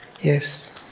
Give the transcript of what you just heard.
Yes